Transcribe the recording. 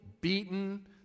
beaten